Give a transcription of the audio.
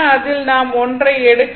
அதில் நாம் ஒன்றை எடுக்கலாம்